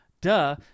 duh